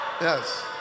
Yes